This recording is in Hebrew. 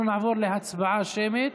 אנחנו נעבור להצבעה שמית